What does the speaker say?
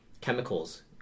chemicals